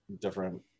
different